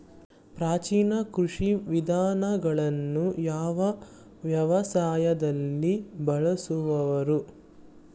ಪ್ರಾಚೀನ ಕೃಷಿ ವಿಧಾನಗಳನ್ನು ಯಾವ ವ್ಯವಸಾಯದಲ್ಲಿ ಬಳಸುವರು?